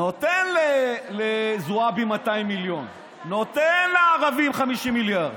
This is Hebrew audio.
נותן לזועבי 200 מיליון, נותן לערבים 50 מיליארד,